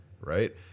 right